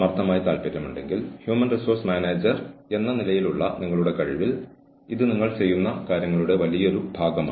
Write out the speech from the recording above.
human resource manager അല്ലെങ്കിൽ human resource പ്രൊഫഷണലുകൾ എന്ന നിലയിലുള്ള നമ്മളുടെ ശേഷിയിൽ നമ്മൾ പ്രവർത്തിക്കുന്ന ആളുകളെ പിന്തുണയ്ക്കാൻ നമ്മൾ എപ്പോഴും ശ്രമിക്കണം